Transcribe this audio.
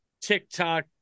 TikTok